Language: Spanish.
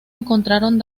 encontraron